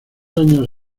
años